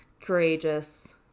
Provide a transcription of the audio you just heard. courageous